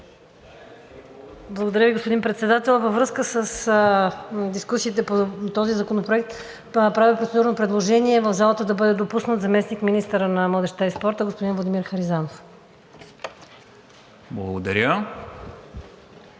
Благодаря Ви, господин Председател. Във връзка с дискусиите по този законопроект правя процедурно предложение в залата да бъде допуснат заместник-министърът на младежта и спорта господин Владимир Харизанов.